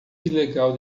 ilegal